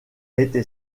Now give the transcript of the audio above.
été